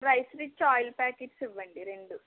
rice rich oil packets ఇవ్వండి రెండు